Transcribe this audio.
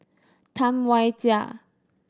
Tam Wai Jia